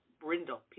Brindle